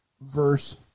verse